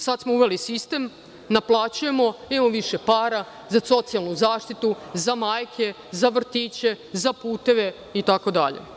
Sada smo uveli sistem, naplaćujemo, imamo više para za socijalnu zaštitu, za majke, za vrtiće, za puteve itd.